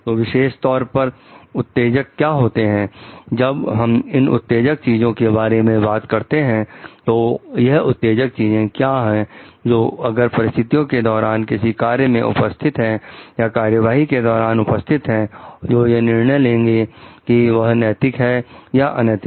तो विशेष तौर पर उत्तेजक क्या चीजें हैं जब हम इन उत्तेजक चीजों के बारे में बात करते हैं तो यह उत्तेजक चीजें क्या है जो अगर परिस्थितियों के दौरान किसी कार्य में उपस्थित हैं या कार्यवाही के दौरान उपस्थित हैं जो यह निर्णय लेंगे कि वह नैतिक है या अनैतिक